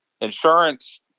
insurance